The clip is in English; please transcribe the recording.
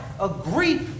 agree